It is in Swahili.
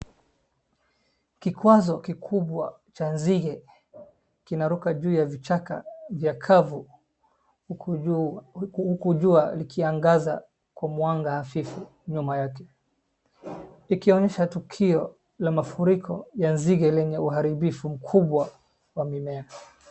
Kikwazo kikubwa cha nzige kinaruka juu ya vichaka vya kavu huku jua likiangaza kwa mwanga hafifu nyuma yake. Ikionyesha tukio la mafuriko ya nzige lenye uharibifu mkubwa wa mimea.